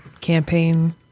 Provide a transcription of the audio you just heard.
campaign